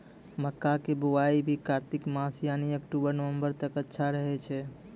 मक्का के बुआई भी कातिक मास यानी अक्टूबर नवंबर तक अच्छा रहय छै